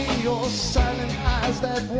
your silent eyes that